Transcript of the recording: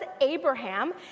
Abraham